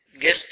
guest